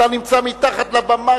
אתה נמצא מתחת לבמה.